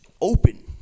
open